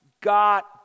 got